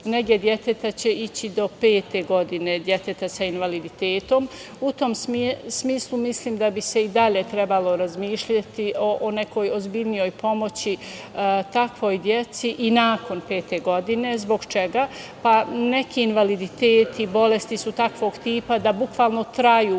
nege deteta da će ići do pete godine deteta sa invaliditetom, u tom smislu mislim da bi se i dalje trebalo razmišljati o nekoj ozbiljnijoj pomoći takvoj deci i nakon pete godine - zbog čega? Pa, neki invaliditeti, bolesti su takvog tipa da bukvalno traju